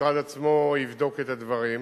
והמשרד עצמו יבדוק את הדברים.